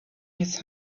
his